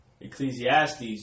Ecclesiastes